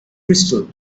crystal